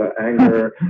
anger